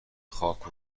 خاک